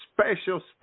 special